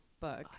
book